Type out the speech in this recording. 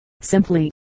simply